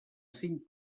cinc